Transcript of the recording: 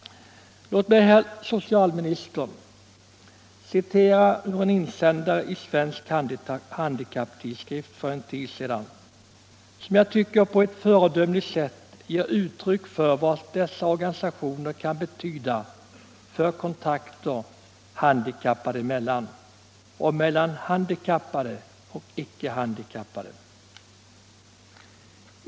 Låt mig, herr socialminister, citera ur en insändare i Svensk Handikapptidskrift för en tid sedan, som jag tycker på ett föredömligt sätt ger uttryck för vad dessa organisationer kan betyda för kontakten handikappade emellan och mellan handikappade och icke handikappade.